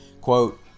Quote